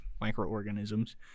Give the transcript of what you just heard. microorganisms